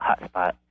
hotspot